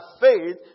faith